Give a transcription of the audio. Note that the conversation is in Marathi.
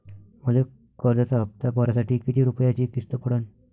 मले कर्जाचा हप्ता भरासाठी किती रूपयाची किस्त पडन?